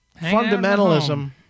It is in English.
fundamentalism